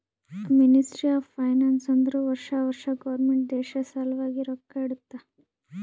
ministry of finance ಅಂದುರ್ ವರ್ಷಾ ವರ್ಷಾ ಗೌರ್ಮೆಂಟ್ ದೇಶ ಸಲ್ವಾಗಿ ರೊಕ್ಕಾ ಇಡ್ತುದ